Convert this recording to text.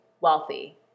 wealthy